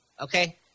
okay